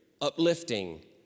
uplifting